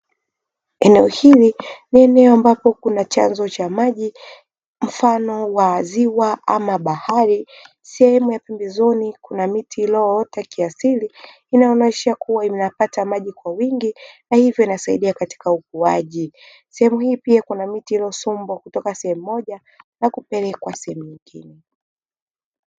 Eneo hili ni eneo ambapo kuna chanzo cha maji mfano wa ziwa ama bahari, sehemu ya pembezoni kuna miti iliyoota kiasili; inayomaanisha kuwa inapata maji kwa wingi na hivyo inasaidia katika ukuaji. Sehemu hii pia kuna miti iliyosombwa kutoka sehemu moja na kupelekewa sehemu nyingine.